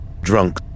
Drunk